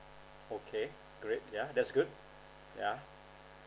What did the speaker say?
okay great ya that's good yeah